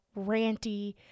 ranty